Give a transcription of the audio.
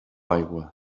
aigua